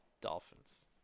Dolphins